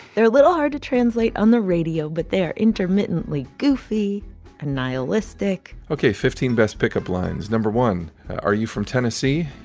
they're a little hard to translate on the radio, but they are intermittently goofy and nihilistic ok, fifteen best pickup lines. number one are you from tennessee?